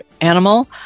animal